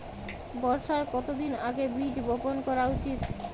বর্ষার কতদিন আগে বীজ বপন করা উচিৎ?